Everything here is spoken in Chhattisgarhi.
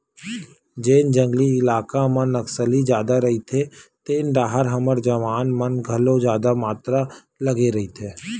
जेन जंगली इलाका मन म नक्सली जादा रहिथे तेन डाहर हमर जवान मन घलो जादा मातरा लगे रहिथे